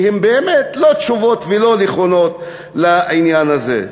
שהן באמת לא תשובות ולא נכונות לעניין הזה.